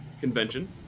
convention